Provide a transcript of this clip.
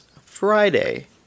Friday